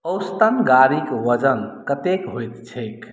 औसतन गाड़ीक वजन कतेक होइत छैक